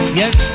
yes